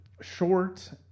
short